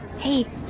hey